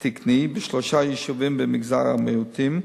תקני בשלושה יישובים במגזר המיעוטים.